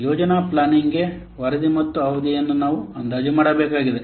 ಯೋಜನಾ ಪ್ಲಾನಿಂಗ್ಗೆ ವರದಿ ಮತ್ತು ಅವಧಿಯನ್ನು ನಾವು ಅಂದಾಜು ಮಾಡಬೇಕಾಗಿದೆ